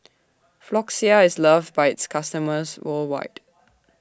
Floxia IS loved By its customers worldwide